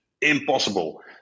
impossible